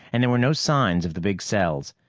and there were no signs of the big cells.